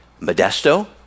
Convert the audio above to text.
Modesto